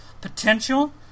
potential